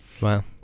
Wow